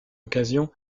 occasion